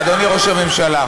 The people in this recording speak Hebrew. אדוני ראש הממשלה,